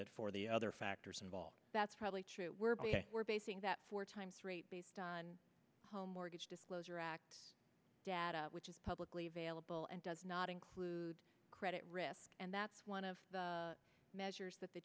it for the other factors involved that's probably true we're basing that four times rate based on home mortgage disclosure act data which is publicly available and does not include credit risk and that's one of the measures that the